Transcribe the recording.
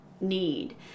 need